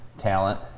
talent